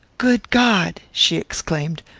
good god! she exclaimed,